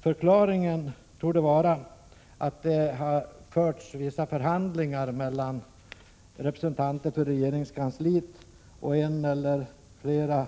Förklaringen torde vara att det har förts vissa förhandlingar mellan representanter för regeringskansliet och en eller flera